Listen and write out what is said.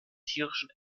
tierischen